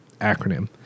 acronym